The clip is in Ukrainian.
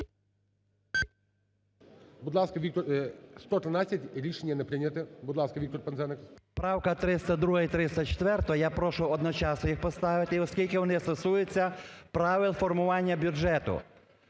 Будь ласка, Віктор... 113 – рішення не прийнято. Будь ласка, Віктор Пинзеник. 12:55:30 ПИНЗЕНИК В.М. Правка 302 і 304, я прошу одночасно їх поставити. Оскільки вони стосуються правил формування бюджету.